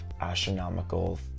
astronomical